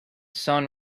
sun